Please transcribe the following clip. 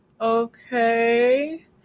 okay